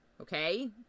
okay